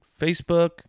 Facebook